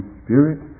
spirit